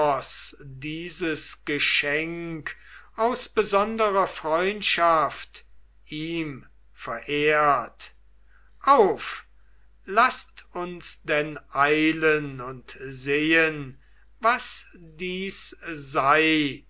dieses geschenk aus besonderer freundschaft ihm verehrt auf laßt uns denn eilen und sehen was dies sei